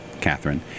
Catherine